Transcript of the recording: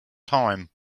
time